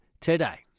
today